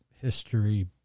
history